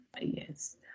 Yes